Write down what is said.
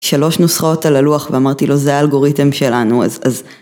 שלוש נוסחאות על הלוח ואמרתי לו זה האלגוריתם שלנו אז...